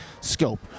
scope